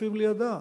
ונוספים לידה,